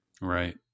Right